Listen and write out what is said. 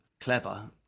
clever